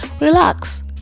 relax